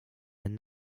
and